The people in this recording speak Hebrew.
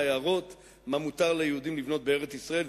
הערות על מה מותר ליהודים לבנות בארץ-ישראל,